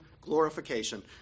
glorification